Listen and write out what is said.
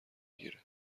گیره